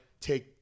take